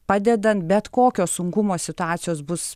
padedant bet kokio sunkumo situacijos bus